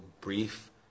brief